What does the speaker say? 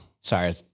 sorry